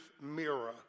mirror